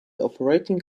operating